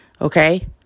Okay